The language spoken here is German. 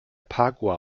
parkuhr